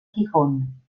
gijón